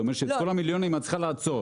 זה אומר שאת כל המיליונים את צריכה לעצור.